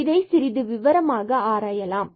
இதை சிறிது விவரமாக ஆராயலாம்